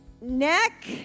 neck